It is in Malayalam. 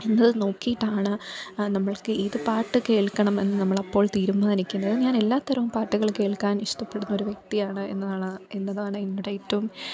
എന്നത് നോക്കിയിട്ടാണ് നമ്മള്ക്ക് ഏതുപാട്ട് കേള്ക്കണം എന്ന് നമ്മൾ അപ്പോള് തീരുമാനിക്കുന്നത് ഞാൻ എല്ലാ തരം പാട്ടുകൾ കേള്ക്കാന് ഇഷ്ടപ്പെടുന്ന ഒരു വ്യക്തിയാണ് എന്നാണ് എന്നതാണ് നമ്മുടെ ഏറ്റവും